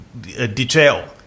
detail